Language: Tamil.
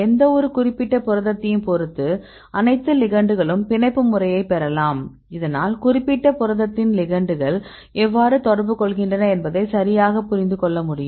எந்தவொரு குறிப்பிட்ட புரதத்தையும் பொறுத்து அனைத்து லிகண்ட்களுக்கும் பிணைப்பு முறையை பெறலாம் இதனால் குறிப்பிட்ட புரதத்துடன் லிகெண்டுகள் எவ்வாறு தொடர்பு கொள்கின்றன என்பதை சரியாக புரிந்து கொள்ள முடியும்